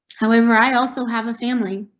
however, i also have a family.